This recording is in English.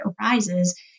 arises